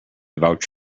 vouch